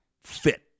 fit